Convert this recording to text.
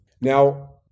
Now